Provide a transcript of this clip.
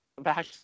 back